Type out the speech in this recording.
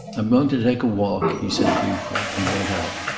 i'm going to take a walk, he said briefly, and went out.